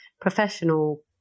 professional